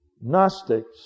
Gnostics